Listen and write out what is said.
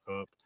up